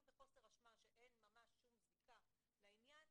בחוסר אשמה שאין ממש שום זיקה לעניין,